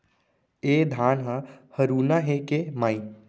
ए धान ह हरूना हे के माई?